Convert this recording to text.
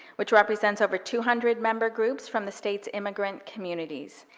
which represents over two hundred member groups from the state's immigrant communities.